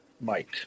Mike